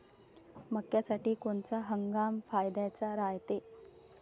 मक्क्यासाठी कोनचा हंगाम फायद्याचा रायते?